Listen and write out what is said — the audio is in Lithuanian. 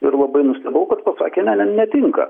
ir labai nustebau kad pasakė ne ne netinka